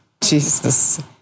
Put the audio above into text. Jesus